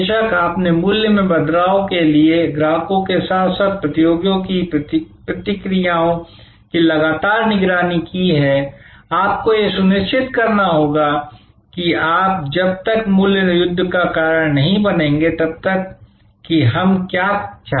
बेशक आपने मूल्य में बदलाव के लिए ग्राहकों के साथ साथ प्रतियोगियों की प्रतिक्रियाओं की लगातार निगरानी की है आपको यह सुनिश्चित करना होगा कि आप तब तक मूल्य युद्ध का कारण नहीं बनेंगे जब तक कि हम क्या चाहते हैं